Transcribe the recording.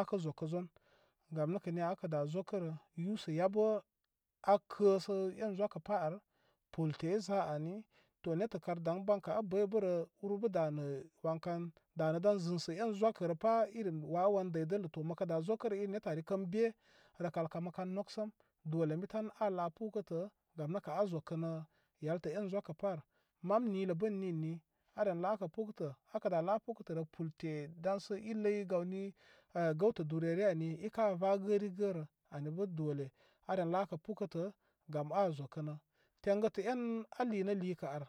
akə zəkə zon. gam nəkə miya akə da zokərə yusə yabə akəsə en zəkə pa ar pulke iza ani to nettə kar daŋ bankə abəybərə urbə danə wankan danə dan zəŋsə en zokərəpa irim wawuwan dəydələ to məkən da zokərə irin netari kən be rəl kə kamə kan noksəm dole ən bi tan a la pukətə gamnəkə a zokənə yeltə en zokəpa ar mam mlə bə ən ninni aren lavə pukətə akə da la pukətərə pulte daŋsə i ləy gawni gəwtə dure re ani ika va gərigərə anibə dole aren lakə pukətə gam a zokənə tengətə en alinə likə ar.